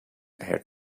heard